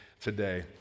today